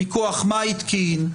מכוח מה התקין,